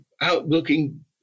outlooking